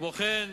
כמו כן,